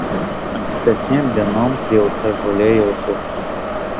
ankstesnėm dienom pjauta žolė jau sausa